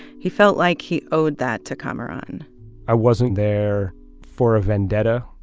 he felt like he owed that to kamaran i wasn't there for a vendetta,